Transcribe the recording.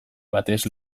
batez